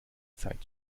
zeit